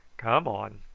come on,